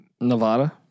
Nevada